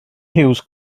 hughes